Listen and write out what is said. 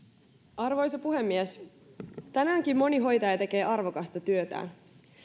arvoisa puhemies tänäänkin moni hoitaja tekee arvokasta työtään